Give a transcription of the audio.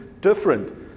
Different